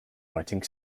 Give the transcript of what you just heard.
writing